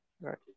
Right